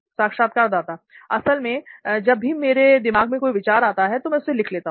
साक्षात्कारदाता असल में जब भी मेरे दिमाग में कोई विचार आता है मैं उसे लिख लेता हूं